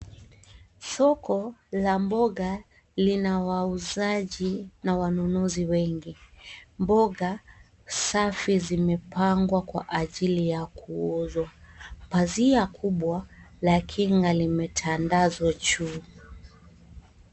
Soko la mboga lina wauzaji na wanunuzi wengi. Mboga safi zimepangwa kwa ajili ya kuuzwa. Pazia kubwa la kinga limetandazwa juu.